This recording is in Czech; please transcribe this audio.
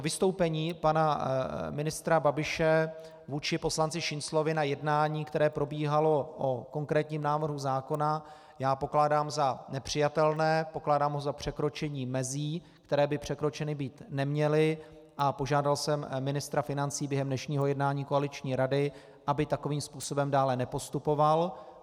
Vystoupení pana ministra Babiše vůči poslanci Šinclovi na jednání, které probíhalo o konkrétním návrhu zákona, pokládám za nepřijatelné, pokládám ho za překročení mezí, které by překročeny být neměly, a požádal jsem ministra financí během dnešního jednání koaliční rady, aby takovým způsobem dále nepostupoval.